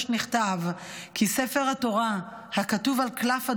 נכתב כי ספר התורה הכתוב על קלף אדום,